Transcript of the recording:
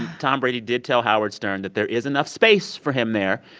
tom brady did tell howard stern that there is enough space for him there.